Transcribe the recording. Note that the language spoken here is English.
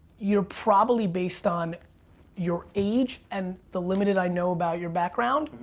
you're probably based on your age and the limited i know about your background,